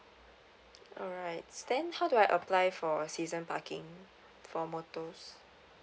alright then how do I apply for season parking for motors